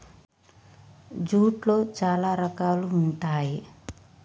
జూట్లో చాలా రకాలు ఉంటాయి